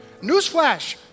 Newsflash